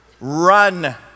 Run